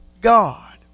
God